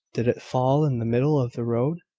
did it fall in the middle of the road?